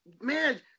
man